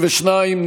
22,